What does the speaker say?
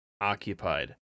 occupied